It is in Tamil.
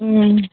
ம்